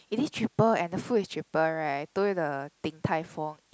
it is cheaper and the food is cheaper right I told you the Din-Tai-Fung